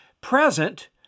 present